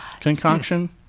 concoction